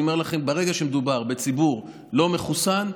אני אומר לכם, ברגע שמדובר בציבור לא מחוסן,